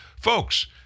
Folks